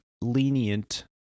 lenient